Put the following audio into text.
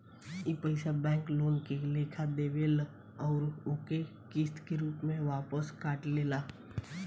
ई पइसा bank loan के लेखा देवेल अउर ओके किस्त के रूप में वापस काट लेला